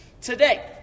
today